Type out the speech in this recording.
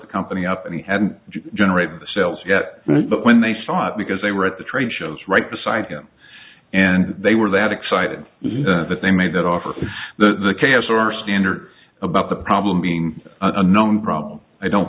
the company up and he hadn't generated the sales yet but when they saw it because they were at the trade shows right beside him and they were that excited that they made that offer for the chaos or standard about the problem being a known problem i don't